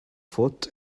foot